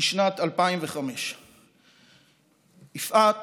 בשנת 2005. יפעת